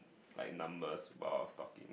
like numbers while I was talking